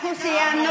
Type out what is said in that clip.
אנחנו סיימנו.